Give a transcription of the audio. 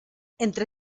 entre